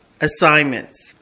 assignments